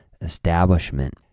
establishment